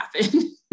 happen